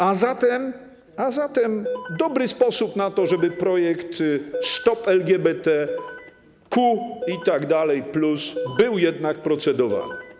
A zatem dobry sposób na to, żeby projekt: Stop LGBTQ itd., plus był jednak procedowany.